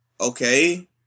Okay